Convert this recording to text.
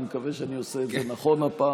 אני מקווה שאני עושה את זה נכון הפעם.